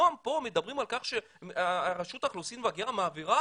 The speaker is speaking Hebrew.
פתאום פה מדברים על כך שהרשות האוכלוסין וההגירה מעבירה